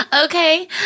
Okay